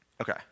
Okay